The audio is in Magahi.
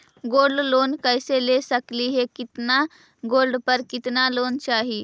गोल्ड लोन कैसे ले सकली हे, कितना गोल्ड पर कितना लोन चाही?